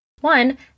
One